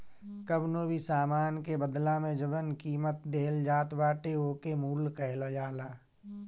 कवनो भी सामान के बदला में जवन कीमत देहल जात बाटे ओके मूल्य कहल जाला